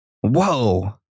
Whoa